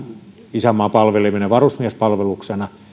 isänmaan palveleminen varusmiespalveluksena